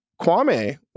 Kwame